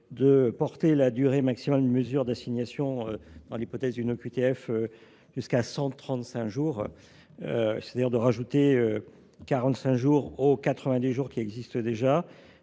de porter la durée maximale d’une mesure d’assignation, dans l’hypothèse d’une OQTF, à 135 jours, c’est à dire de rajouter 45 jours aux 90 jours déjà